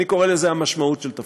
אני קורא לזה המשמעות של תפקידו.